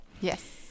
Yes